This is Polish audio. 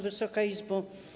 Wysoka Izbo!